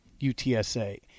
UTSA